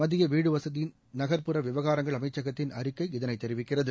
மத்திய வீட்டுவசதி நகர்ப்புற விவகாரங்கள் அமைச்சகத்தின் அறிக்கை இதனைத் தெரிவிக்கிறது